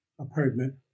apartment